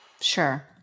Sure